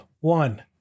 One